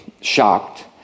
shocked